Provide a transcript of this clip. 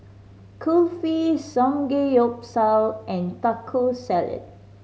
Kulfi Samgeyopsal and Taco Salad